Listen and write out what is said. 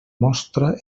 mostra